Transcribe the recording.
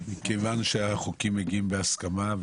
מכיוון שהחוקים מגיעים בהסכמה,